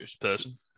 person